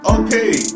Okay